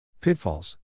Pitfalls